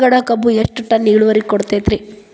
ಚಂದಗಡ ಕಬ್ಬು ಎಷ್ಟ ಟನ್ ಇಳುವರಿ ಕೊಡತೇತ್ರಿ?